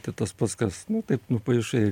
tai tas pats kas nu taip nupaišai